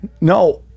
No